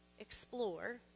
Explore